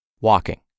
walking